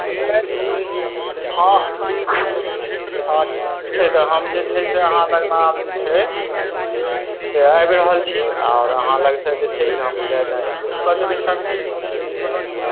नहि हँ हँ ठीक छै तऽ हम जे छै से अहाँ लगमे आब जे छै से आबि रहल छी आओर अहाँ लगसँ जे छै से हम लेनाइ शुरू कऽ देबय सब्जी ओइ लए नहि कोनो छै